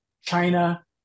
China